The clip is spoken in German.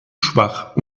schwach